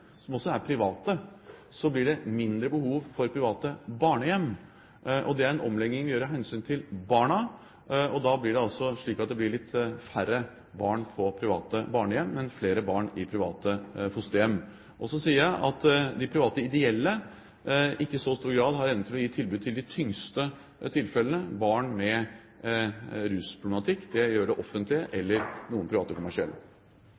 som også er private, blir det mindre behov for private barnehjem. Det er en omlegging vi gjør av hensyn til barna. Da blir det litt færre barn på private barnehjem, men flere barn i private fosterhjem. Så sier jeg at de private ideelle ikke i så stor grad har evnen til å gi tilbud til de tyngste tilfellene, til barn med rusproblematikk. Det har det offentlige eller noen private kommersielle.